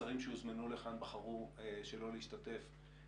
שהשרים שהוזמנו לכאן בחרו שלא להשתתף.